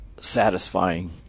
satisfying